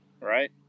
right